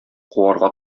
куарга